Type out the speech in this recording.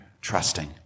trusting